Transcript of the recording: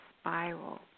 spiral